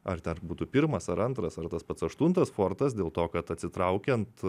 ar dar būtų pirmas ar antras ar tas pats aštuntas fortas dėl to kad atsitraukiant